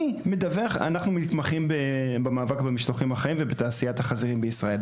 אנחנו מתמחים במאבק במשלוחים החיים ובתעשיית החזירים בישראל.